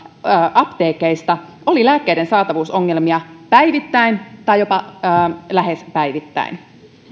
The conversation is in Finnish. apteekeista oli lääkkeiden saatavuusongelmia päivittäin tai lähes päivittäin